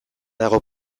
dago